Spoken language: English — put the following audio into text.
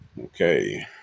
Okay